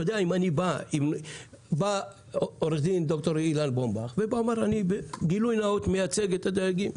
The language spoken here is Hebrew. אם בא עו"ד ד"ר אילן בומבך ואומר בגילוי נאות שהוא מייצג את הדייגים,